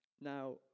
now